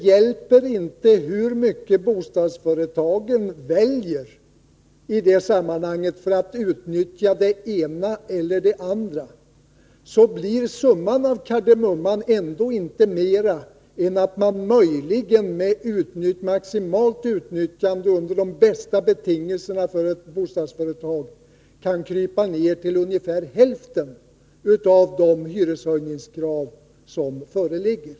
Hur mycket bostadsföretaget än väljer i det sammanhanget för att utnyttja det ena eller det andra så blir summan av kardemumman ändå inte mera än att man möjligen med maximalt utnyttjande under de bästa betingelserna för ett bostadsföretag kan krypa ned till ungefär hälften av de krav på prishöjningar som föreligger.